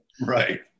Right